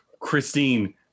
Christine